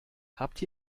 habt